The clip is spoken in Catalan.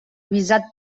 visat